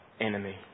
enemy